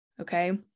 Okay